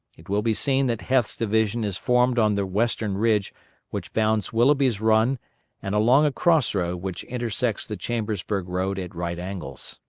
it will be seen that heth's division is formed on the western ridge which bounds willougby's run and along a cross-road which intersects the chambersburg road at right angles.